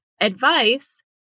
advice